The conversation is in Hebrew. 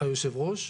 יושב הראש,